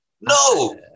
No